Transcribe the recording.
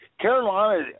Carolina